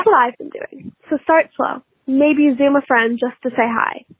and i've been doing. so start from maybe zouma friends just to say hi.